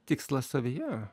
tikslas savyje